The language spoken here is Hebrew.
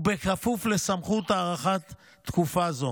ובכפוף לסמכות הארכת תקופה זו